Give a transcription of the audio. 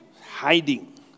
hiding